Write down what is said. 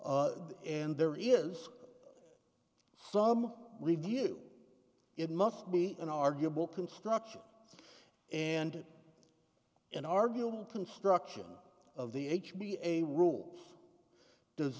and there is some review it must be an arguable construction and an arguable construction of the h b a rule does